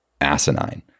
asinine